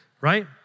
right